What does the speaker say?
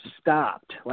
stopped